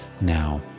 Now